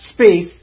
space